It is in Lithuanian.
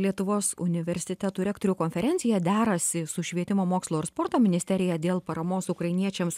lietuvos universitete tų rektorių konferencija derasi su švietimo mokslo ir sporto ministerija dėl paramos ukrainiečiams